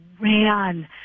ran